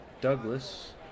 Douglas